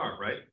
right